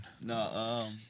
No